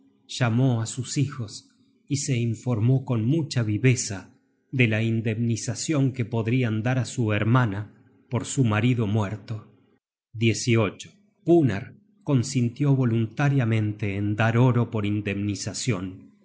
llamó á sus hijos y se informó con mucha viveza de la indemnizacion que podrian dar á su hermana por su marido muerto gunnar consintió voluntariamente en dar oro por indemnizacion